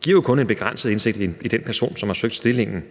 giver jo kun en begrænset indsigt i den person, der har søgt stillingen.